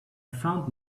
found